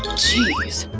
geez.